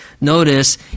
notice